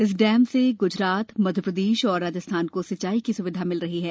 इस डैम से गुजरात मध्यप्रदेश और राजस्थान को सिंचाई की सुविधा मिल रही है